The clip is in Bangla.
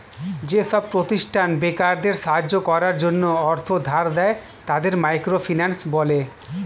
যেসব প্রতিষ্ঠান বেকারদের সাহায্য করার জন্য অর্থ ধার দেয়, তাকে মাইক্রো ফিন্যান্স বলে